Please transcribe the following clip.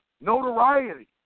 notoriety